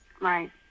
Right